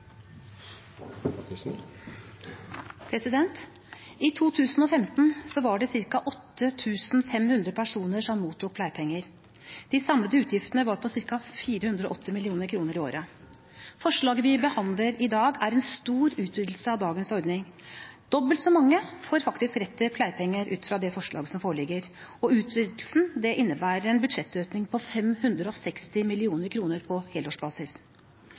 mottok pleiepenger. De samlede utgiftene var på ca. 480 mill. kr i året. Forslaget vi behandler i dag, er en stor utvidelse av dagens ordning. Dobbelt så mange får faktisk rett til pleiepenger ut fra det forslaget som foreligger, og utvidelsen innebærer en budsjettøkning på 560 mill. kr på helårsbasis.